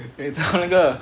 eh 你知道那个